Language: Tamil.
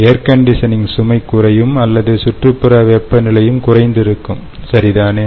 ஏர்கண்டிஷனிங் சுமை குறையும் அல்லது சுற்றுப்புற வெப்பநிலையும் குறைந்து இருக்கும்சரிதானே